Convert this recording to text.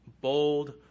bold